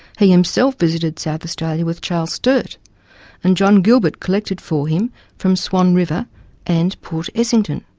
he himself visited south australia with charles sturt and john gilbert collected for him from swan river and port essington.